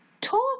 Talk